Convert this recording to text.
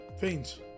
fiends